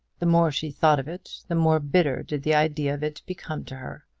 the more she thought of it the more bitter did the idea of it become to her.